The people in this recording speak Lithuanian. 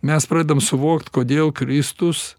mes pradedam suvokti kodėl kristus